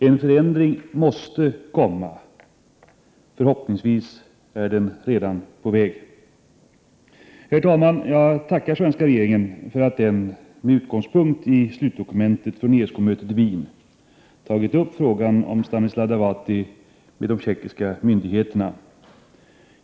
En förändring måste komma till stånd, förhoppningsvis är den redan på väg. Herr talman! Jag tackar den svenska regeringen för att den, med utgångspunkt i slutdokumentet från ESK-mötet i Wien, tagit upp frågan om Stanislav Devåty med de tjeckoslovakiska myndigheterna.